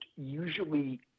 usually